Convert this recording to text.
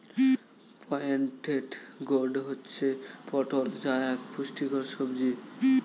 pointed gourd হচ্ছে পটল যা এক পুষ্টিকর সবজি